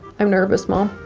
i'm nervous mom.